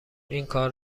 اینکار